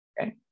Okay